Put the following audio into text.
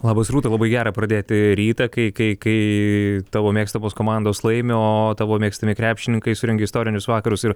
labas rūta labai gera pradėti rytą kai kai kai tavo mėgstamos komandos laimi o tavo mėgstami krepšininkai surengė istorinius vakarus ir